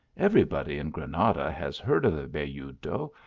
every body in granada has heard of the belludo,